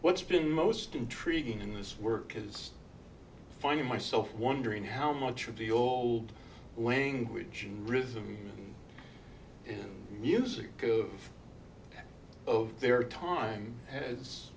what's been most intriguing in this work is finding myself wondering how much of the old language rhythm music of of their time has